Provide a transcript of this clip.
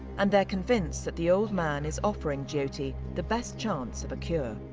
and they're convinced that the old man is offering jyoti the best chance of a cure.